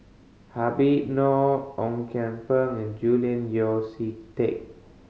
Habib Noh Ong Kian Peng and Julian Yeo See Teck